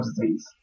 disease